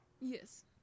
Yes